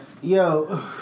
Yo